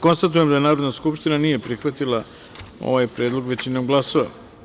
Konstatujem da Narodna skupština nije prihvatila ovaj predlog većinom glasova.